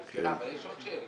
סליחה, אבל יש עוד שאלה.